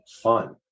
fun